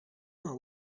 are